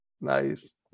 Nice